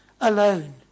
alone